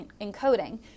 encoding